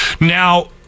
Now